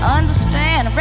understand